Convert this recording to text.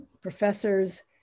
professors